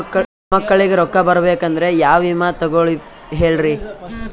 ಮೊಮ್ಮಕ್ಕಳಿಗ ರೊಕ್ಕ ಬರಬೇಕಂದ್ರ ಯಾ ವಿಮಾ ತೊಗೊಳಿ ಹೇಳ್ರಿ?